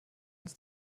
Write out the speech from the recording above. uns